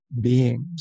beings